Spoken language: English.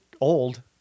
old